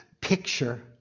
picture